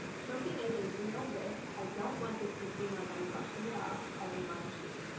choking is a real risk. i don't want this to seem like i'm brushing it off as a non-issue.